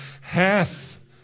hath